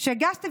שהגשתי,